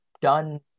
done